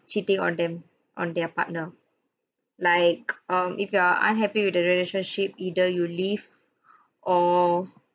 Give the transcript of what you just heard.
cheating on them on their partner like um if you are unhappy with the relationship either you leave or